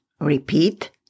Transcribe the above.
Repeat